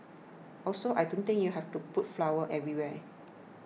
also I don't think you have to put flowers everywhere